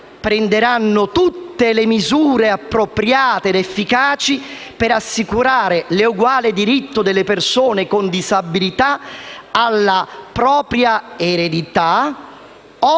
prenderanno tutte le misure appropriate ed efficaci per assicurare l'eguale diritto delle persone con disabilità alla propria o ereditata